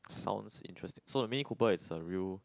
sounds interesting so Mini Cooper is a real